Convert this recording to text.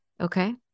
Okay